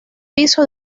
piso